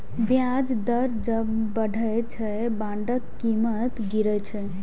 ब्याज दर जब बढ़ै छै, बांडक कीमत गिरै छै